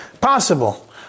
possible